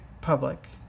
public